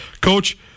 Coach